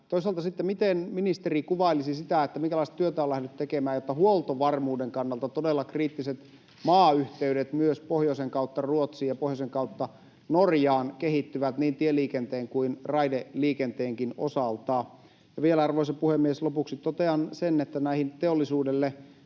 Toisaalta, miten ministeri kuvailisi sitä, minkälaista työtä on lähdetty tekemään, jotta huoltovarmuuden kannalta todella kriittiset maayhteydet myös pohjoisen kautta Ruotsiin ja pohjoisen kautta Norjaan kehittyvät niin tieliikenteen kuin raideliikenteenkin osalta? Vielä, arvoisa puhemies, lopuksi totean sen, että näihin teollisuudelle